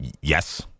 yes